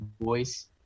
voice